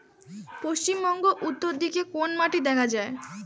পশ্চিমবঙ্গ উত্তর দিকে কোন মাটি দেখা যায়?